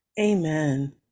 Amen